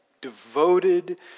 devoted